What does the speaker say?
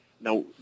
Now